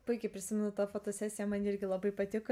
puikiai prisimenu tą fotosesiją man irgi labai patiko